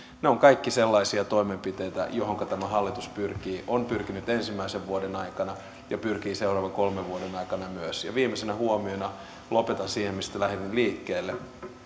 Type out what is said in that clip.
ne ovat kaikki sellaisia toimenpiteitä joihinka tämä hallitus pyrkii on pyrkinyt ensimmäisen vuoden aikana ja pyrkii seuraavien kolmen vuoden aikana myös ja viimeisenä huomiona lopetan siihen mistä lähdimme liikkeelle